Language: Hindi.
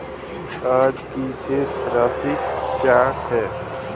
आज की शेष राशि क्या है?